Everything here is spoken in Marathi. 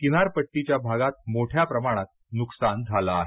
किनारपट्टीच्या भागात मोठ्या प्रमाणात नुकसान झालं आहे